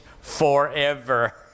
forever